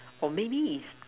or maybe is